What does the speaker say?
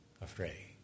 afraid